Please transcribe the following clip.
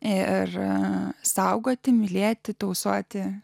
erą saugoti mylėti tausoti